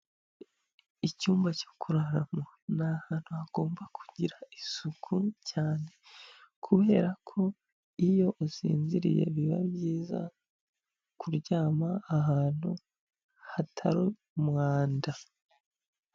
Icyumba cyo kuraramo ni ahantu hagomba kugira isuku cyane, kubera ko iyo usinziriye biba byiza kuryama ahantu hatari umwanda.